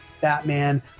Batman